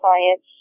clients